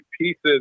pieces